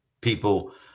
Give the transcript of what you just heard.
people